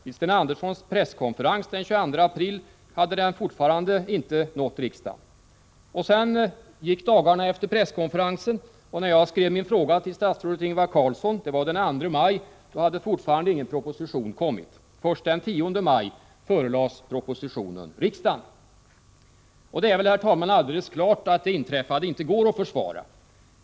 Vid Sten Anderssons presskonferens den 22 april hade den fortfarande inte nått riksdagen. När jag skrev min fråga till statsrådet Ingvar Carlsson, det var den 2 maj, hade fortfarande ingen proposition framlagts. Först den 10 maj förelades propositionen riksdagen. Herr talman! Det är väl alldeles klart att det inträffade inte går att försvara.